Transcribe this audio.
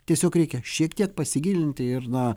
tiesiog reikia šiek tiek pasigilinti ir na